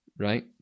Right